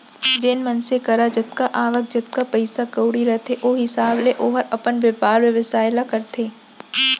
जेन मनसे करा जतका आवक, जतका पइसा कउड़ी रथे ओ हिसाब ले ओहर अपन बयपार बेवसाय ल करथे